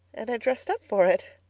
and i dressed up for it.